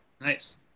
Nice